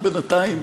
בינתיים